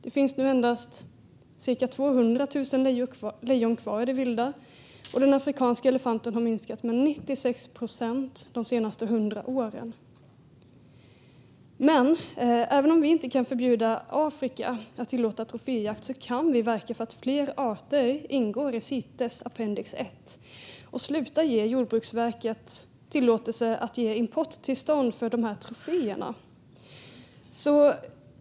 Det finns nu endast cirka 200 000 lejon kvar i det vilda, och den afrikanska elefanten har minskat med 96 procent de senaste 100 åren. Även om vi inte kan förbjuda Afrika att tillåta troféjakt kan vi verka för att fler arter ska ingå i Cites, appendix I, och sluta tillåta att Jordbruksverket ger importtillstånd för dessa troféer.